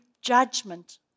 judgment